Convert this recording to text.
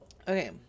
Okay